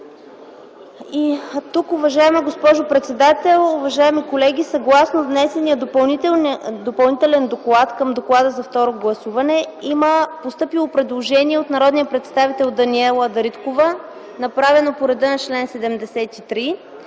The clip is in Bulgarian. предложението. Госпожо председател и уважаеми колеги, съгласно внесения Допълнителен доклад към Доклада за второ гласуване, има постъпило предложение от народния представител Даниела Дариткова, направено по реда на чл. 73